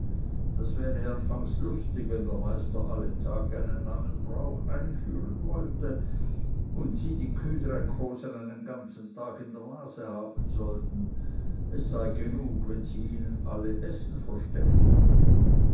das wär ihnen afangs lustig wenn der meister alle tag einen neuen brauch einführen wollte und sie die kühdreckhosen einen ganzen tag in der nase haben sollten es sei genug wenn sie ihnen alle essen verstänkten